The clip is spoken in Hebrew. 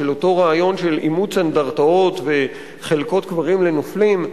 של אותו רעיון של אימוץ אנדרטאות וחלקות קברים לנופלים,